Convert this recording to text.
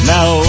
Now